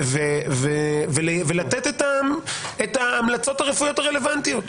לתת את ההמלצות הרפואיות הרלוונטיות.